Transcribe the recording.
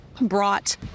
brought